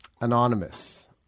Anonymous